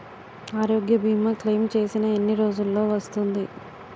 ఆరోగ్య భీమా క్లైమ్ చేసిన ఎన్ని రోజ్జులో వస్తుంది?